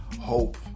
hope